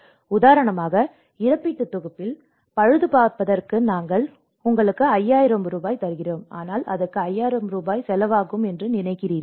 உதாரணமாக இழப்பீட்டுத் தொகுப்பில் பழுதுபார்ப்பதற்காக நாங்கள் உங்களுக்கு 5000 ரூபாய் தருகிறோம் ஆனால் அதற்கு 5000 ரூபாய் செலவாகும் என்று நினைக்கிறீர்களா